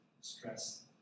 stress